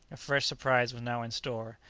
a fresh surprise was now in store.